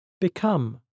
Become